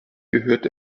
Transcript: gehört